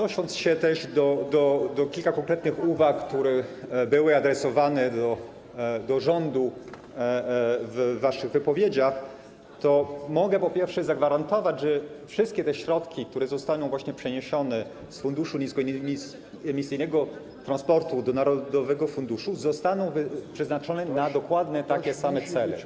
Odnosząc się do kilku konkretnych uwag, które były adresowane do rządu w waszych wypowiedziach, mogę zagwarantować, że wszystkie te środki, które zostaną właśnie przeniesione z Funduszu Niskoemisyjnego Transportu do narodowego funduszu, zostaną przeznaczone na dokładnie takie same cele.